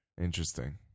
Interesting